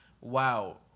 wow